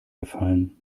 gefallen